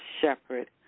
Shepherd